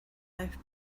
life